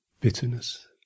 bitterness